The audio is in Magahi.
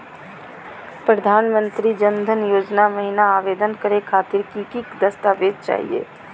प्रधानमंत्री जन धन योजना महिना आवेदन करे खातीर कि कि दस्तावेज चाहीयो हो?